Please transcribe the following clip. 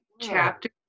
chapter